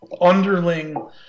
underling